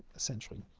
essentially,